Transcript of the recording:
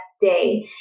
day